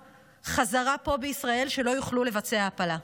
חזרה פה בישראל שלא יוכלו לבצע הפלה.